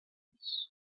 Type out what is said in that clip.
hands